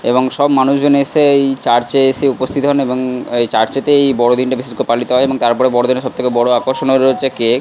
এবং সব মানুষজন এসে এই চার্চে এসে উপস্থিত হন এবং এই চার্চেতেই এই বড়দিনটা বিশেষ করে পালিত হয় এবং তার পরে বড়দিনের সব থেকে বড় আকর্ষণ হলো হচ্ছে কেক